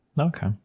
Okay